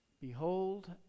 Behold